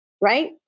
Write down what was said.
right